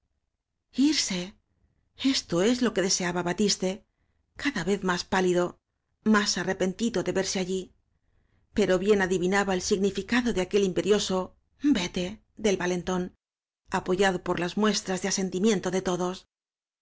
esto es lo que deseaba batiste cada vez más pálido más arrepentido de verse allí pero bien adivinaba el significado de aquel imperioso vete del valentón apoyado por las muestras de asentimiento de todos